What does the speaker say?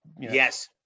yes